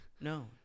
no